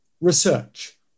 research